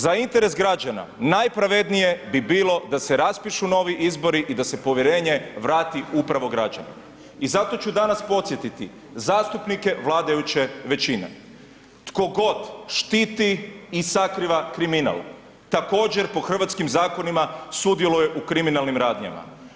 Za interes građana najpravednije bi bilo da se raspišu novi izbori i da se povjerenje vrati upravo građanima i zato ću danas podsjetiti zastupnike vladajuće većine tko god štiti i sakriva kriminal također po hrvatskim zakonima sudjeluje u kriminalnim radnjama.